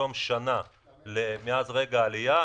בתום שנה מרגע העלייה,